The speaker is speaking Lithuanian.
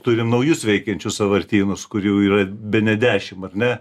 turim naujus veikiančius sąvartynus kurių yra bene dešim ar ne